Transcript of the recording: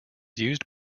used